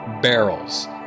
barrels